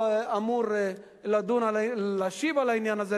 שאמור להשיב על העניין הזה,